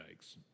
yikes